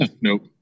Nope